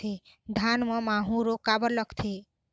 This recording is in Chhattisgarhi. धान म माहू रोग काबर लगथे?